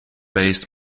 based